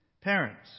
parents